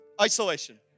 isolation